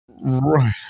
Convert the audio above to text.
right